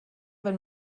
wenn